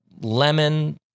lemon